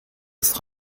ist